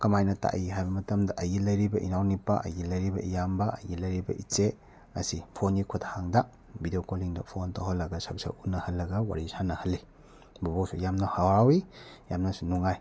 ꯀꯃꯥꯏꯅ ꯇꯥꯛꯏ ꯍꯥꯏꯕ ꯃꯇꯝꯗ ꯑꯩꯒꯤ ꯂꯩꯔꯤꯕ ꯏꯅꯥꯎ ꯅꯨꯄꯥ ꯑꯩꯒꯤ ꯂꯩꯔꯤꯕ ꯏꯌꯥꯝꯕ ꯑꯩꯒꯤ ꯂꯩꯔꯤꯕ ꯏꯆꯦ ꯑꯁꯤ ꯐꯣꯟꯒꯤ ꯈꯨꯠꯊꯥꯡꯗ ꯕꯤꯗꯤꯑꯣ ꯀꯣꯜꯂꯤꯡꯗ ꯐꯣꯟ ꯇꯧꯍꯜꯂꯒ ꯁꯛ ꯁꯛ ꯎꯅꯍꯜꯂꯒ ꯋꯥꯔꯤ ꯁꯥꯟꯅꯍꯜꯂꯤ ꯕꯣꯕꯣꯛꯁꯨ ꯌꯥꯝꯅ ꯍꯔꯥꯎꯏ ꯌꯥꯝꯅꯁꯨ ꯅꯨꯡꯉꯥꯏ